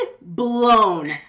blown